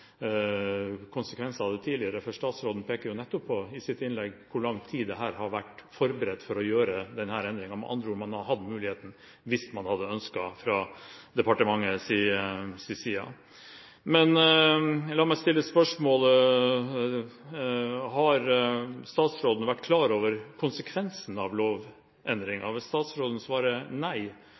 har hatt mulighet til å innhente informasjon om konsekvensene av dette tidligere, for statsråden peker i sitt innlegg nettopp på hvor lang tid man har brukt for å gjøre denne endringen. Med andre ord: Man hadde hatt muligheten, hvis man fra departementets side hadde ønsket det. La meg stille spørsmålet: Har statsråden vært klar over konsekvensene av lovendringen? Hvis statsråden svarer nei,